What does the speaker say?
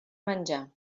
menjar